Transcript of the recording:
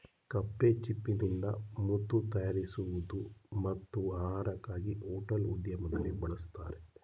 ಕಪ್ಪೆಚಿಪ್ಪಿನಿಂದ ಮುತ್ತು ತಯಾರಿಸುವುದು ಮತ್ತು ಆಹಾರಕ್ಕಾಗಿ ಹೋಟೆಲ್ ಉದ್ಯಮದಲ್ಲಿ ಬಳಸ್ತರೆ